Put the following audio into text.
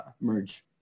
merge